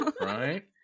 right